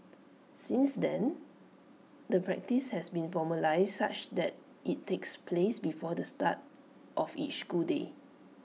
since then the practice has been formalised such that IT takes place before the start of each school day